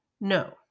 No